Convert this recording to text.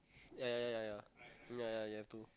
ya ya ya ya ya ya ya too